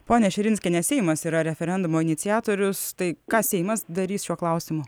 ponia širinskienė seimas yra referendumo iniciatorius tai ką seimas darys šiuo klausimu